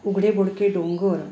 उघडे बोडके डोंगर